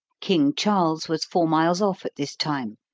king charles was four miles off at this time.